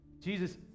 Jesus